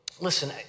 listen